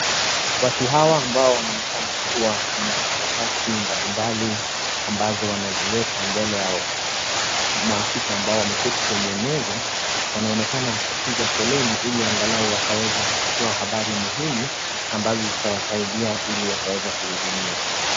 Watu hawa ambao wanaonekana kuwa na karatasi mbalimbali ambazo wanazileta mbele ya maafisa ambao wameketi kwenye meza wanaonekana kupiga foleni ili angalau wakaweza kutoa habari muhimu ambazo zitawasaidia ili wakaweza kuhudumiwa